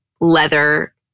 leather